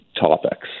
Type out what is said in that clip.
topics